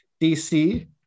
DC